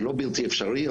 זה לא בלתי אפשרי,